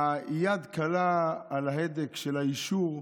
היד קלה על ההדק של האישור שלך,